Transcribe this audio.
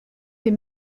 des